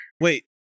Wait